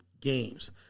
games